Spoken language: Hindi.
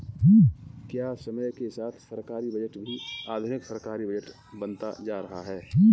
क्या समय के साथ सरकारी बजट भी आधुनिक सरकारी बजट बनता जा रहा है?